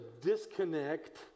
disconnect